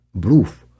proof